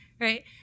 right